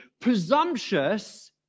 presumptuous